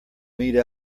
meet